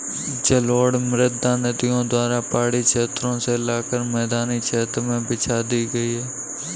जलोढ़ मृदा नदियों द्वारा पहाड़ी क्षेत्रो से लाकर मैदानी क्षेत्र में बिछा दी गयी है